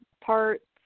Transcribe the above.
parts